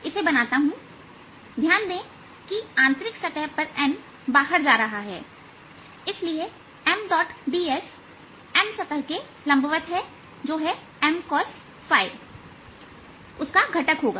इसे बनाता हूं ध्यान दें की आंतरिक सतह पर n बाहर जा रहा है और इसलिए Mds M सतह के लंबवत जो है McosΦ है उसका घटक होगा